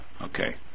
Okay